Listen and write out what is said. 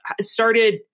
started